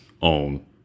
on